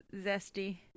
zesty